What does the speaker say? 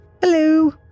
Hello